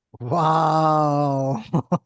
wow